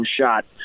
shot